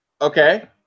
Okay